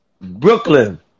Brooklyn